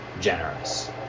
generous